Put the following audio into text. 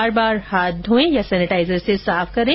बार बार हाथ धोएं या सेनेटाइजर से साफ करें